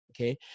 Okay